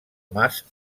mas